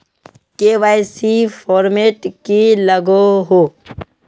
KYC format की लागोहो?